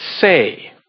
say